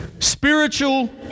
Spiritual